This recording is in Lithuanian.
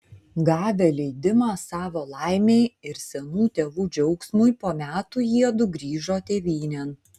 gavę leidimą savo laimei ir senų tėvų džiaugsmui po metų jiedu grįžo tėvynėn